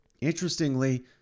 Interestingly